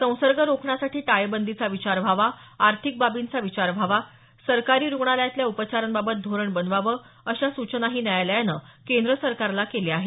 संसर्ग रोखण्यासाठी टाळेबंदीचा विचार व्हावा आर्थिक बाबींचा विचार व्हावा सरकारी रुग्णालयातल्या उपचारांबाबत धोरण बनवावं अशा सूचनाही न्यायालयानं केंद्र सरकारला केल्या आहेत